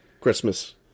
Christmas